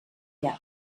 llac